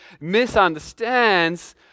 misunderstands